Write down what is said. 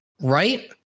Right